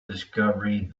discovery